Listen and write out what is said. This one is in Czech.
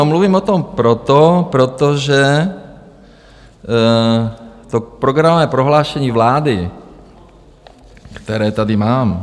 Mluvím o tom proto, protože to programové prohlášení vlády, které tady mám...